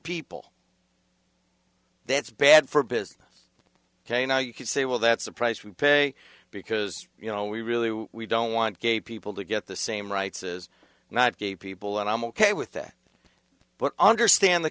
people that's bad for business ok now you could say well that's the price we pay because you know we really we don't want gay people to get the same rights as not gay people and i'm ok with that but understand the